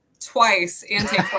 twice